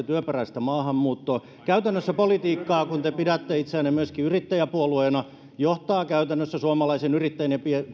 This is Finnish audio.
työperäistä maahanmuuttoa käytännössä politiikkaa kun te pidätte itseänne myöskin yrittäjäpuolueena joka johtaa käytännössä suomalaisen yrittäjän ja